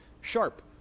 sharp